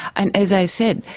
and as i said,